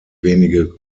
wenige